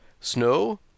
Snow